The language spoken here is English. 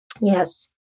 Yes